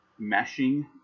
meshing